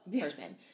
person